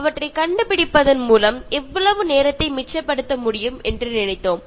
இவற்றைக் கண்டுபிடிப்பதன் மூலம் இவ்வளவு நேரத்தை மிச்சப்படுத்த முடியும் என்று நினைத்தோம்